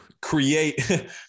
create